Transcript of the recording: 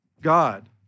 God